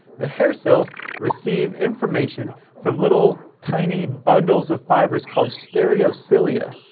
the hair cells receive information from little, tiny bundles of fibers called stereocilia.